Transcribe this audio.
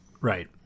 right